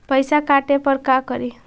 पैसा काटे पर का करि?